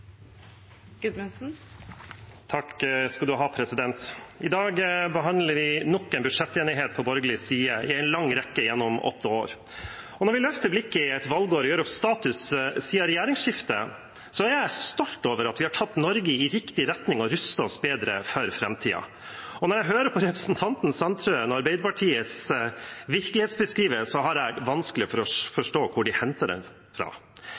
I dag behandler vi nok en budsjettenighet på borgerlig side, i en lang rekke gjennom åtte år. Når vi løfter blikket i et valgår og gjør opp status siden regjeringsskiftet, er jeg stolt over at vi har tatt Norge i riktig retning og rustet oss bedre for framtiden. Når jeg hører på representanten Sandtrøen og Arbeiderpartiets virkelighetsbeskrivelse, har jeg vanskelig for å forstå hvor de henter det fra.